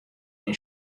این